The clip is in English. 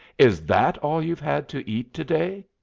is that all you've had to eat to-day?